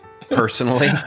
personally